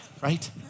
right